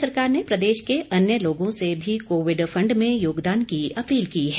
राज्य सरकार ने प्रदेश के अन्य लोगों से भी कोविड फंड में योगदान की अपील की है